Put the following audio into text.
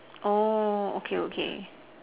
oh okay okay